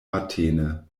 matene